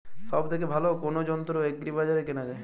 সব থেকে ভালো কোনো যন্ত্র এগ্রি বাজারে কেনা যায়?